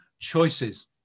choices